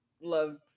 love